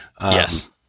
Yes